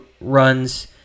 runs